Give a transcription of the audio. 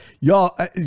Y'all